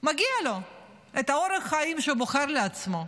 מגיע לו את אורח החיים שהוא בוחר לעצמו.